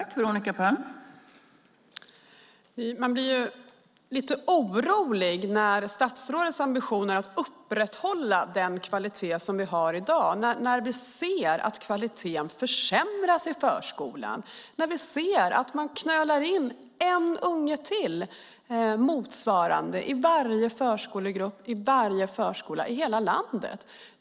Fru talman! Man blir lite orolig när statsrådets ambition är att upprätthålla den kvalitet vi har i dag när vi ser att kvaliteten i förskolan försämras och ser att man knölar in motsvarande en unge till i varje förskolegrupp i varje förskola i hela landet.